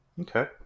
okay